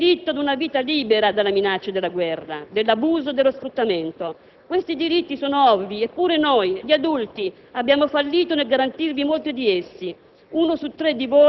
«Avete diritto a una vita libera dalle minacce della guerra, dell'abuso e dello sfruttamento. Questi diritti sono ovvii. Eppure noi, gli adulti, abbiamo fallito nel garantirvi molti di essi.